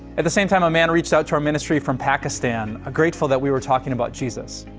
at the same time, a man reached out to our ministry from pakistan grateful that we were talking about jesus.